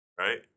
Right